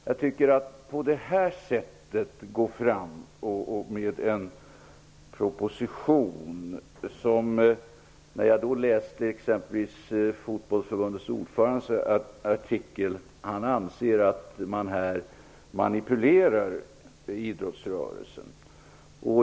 Jag läste exempelvis i en artikel av Fotbollförbundets ordförande. Han anser att man manipulerar idrottsrörelsen.